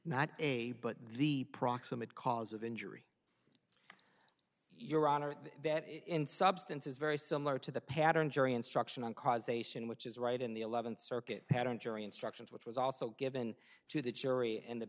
not a but the proximate cause of injury your honor that in substance is very similar to the pattern jury instruction on causation which is right in the eleventh circuit pattern jury instructions which was also given to the jury and the